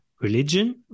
religion